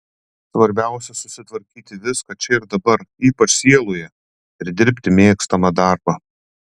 svarbiausia susitvarkyti viską čia ir dabar ypač sieloje ir dirbti mėgstamą darbą